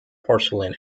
porcelain